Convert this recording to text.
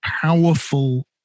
powerful